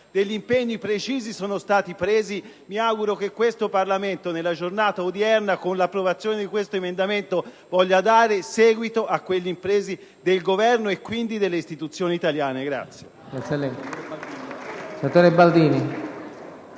Impegni precisi sono stati assunti e mi auguro che questo Parlamento nella giornata odierna, con l'approvazione di questo emendamento, voglia dare seguito a quegli impegni presi dal Governo e, quindi, dalle istituzioni italiane.